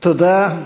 תודה.